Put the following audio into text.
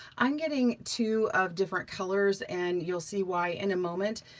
i'm getting two of different colors and you'll see why in a moment.